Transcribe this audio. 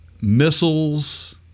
missiles